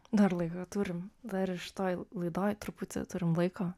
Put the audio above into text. dar laiko turim dar ir šitoj laidoj truputį turim laiko